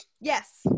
Yes